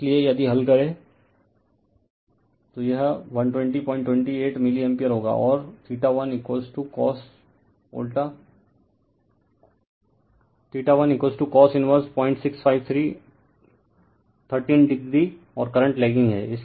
इसलिए यदि हल करें तो यह 12028 मिलीएम्पियर होगा और 1cos इनवर्स065313 o और करंट लैगिंग है